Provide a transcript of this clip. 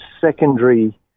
secondary